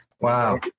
Wow